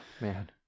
Man